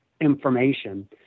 information